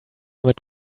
mit